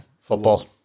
Football